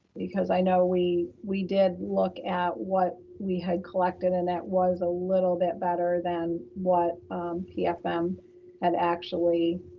because i know we we did look at what we had collected and that was a little bit better than what pfm had actually